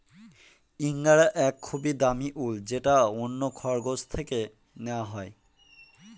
ইঙ্গরা এক খুবই দামি উল যেটা অন্য খরগোশ থেকে নেওয়া হয়